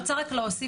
אני רוצה רק להוסיף,